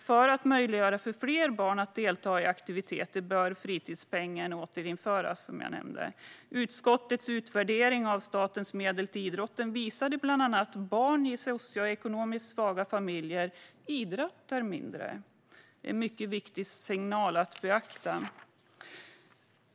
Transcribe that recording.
För att möjliggöra för fler barn att delta i aktiviteter bör fritidspengen återinföras. Utskottets utvärdering av statens medel till idrotten visade bland annat att barn i socioekonomiskt svaga familjer idrottar mindre. Det är en mycket viktig signal att beakta.